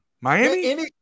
Miami